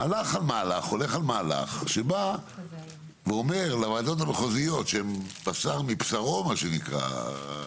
הולך על מהלך שבא ואומר לוועדות המחוזיות שהן בשר מבשרו מה שנקרא,